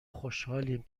خوشحالیم